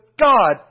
God